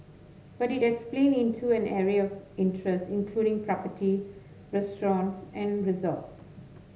but it expanded into an array of interests including property restaurants and resorts